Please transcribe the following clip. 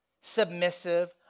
Submissive